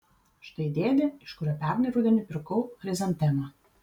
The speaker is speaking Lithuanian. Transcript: štai dėdė iš kurio pernai rudenį pirkau chrizantemą